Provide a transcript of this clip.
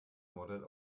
model